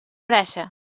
brasa